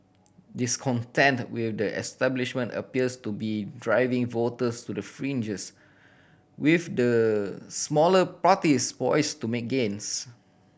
discontent will the establishment appears to be driving voters to the fringes with the smaller parties poised to make gains